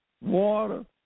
water